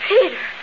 Peter